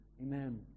Amen